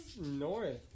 north